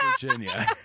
Virginia